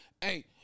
hey